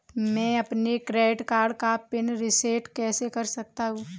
मैं अपने credit card का पिन रिसेट कैसे कर सकता हूँ?